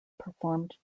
performed